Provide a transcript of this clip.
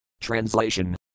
Translation